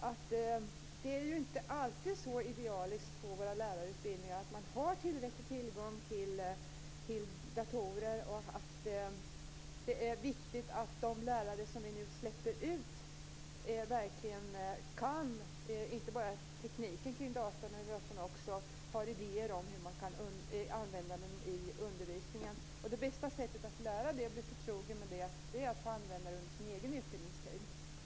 Det är inte alltid så idealiskt på våra lärarutbildningar att man har tillräcklig tillgång till datorer. Det är viktigt att de lärare som vi nu släpper ut inte bara kan tekniken kring datorn utan också har idéer kring hur man kan använda den i undervisningen. Det bästa sättet att lära sig detta och bli förtrogen med datorn är att använda den under sin egen utbildningstid.